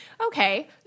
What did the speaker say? Okay